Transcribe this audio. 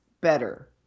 better